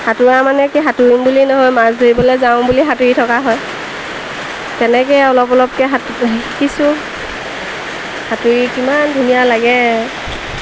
সাঁতোৰা মানে কি সাঁতুৰিম বুলি নহয় মাছ ধৰিবলৈ যাওঁ বুলি সাঁতুৰি থকা হয় তেনেকৈ অলপ অলপকৈ সাঁতু শিকিছোঁ সাঁতুৰি কিমান ধুনীয়া লাগে